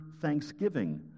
thanksgiving